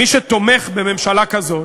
מי שתומך בממשלה כזאת,